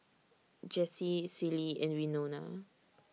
Jessie Celie and Winona